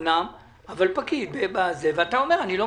אומר שאתה לא מסכים.